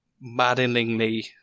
maddeningly